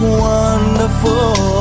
wonderful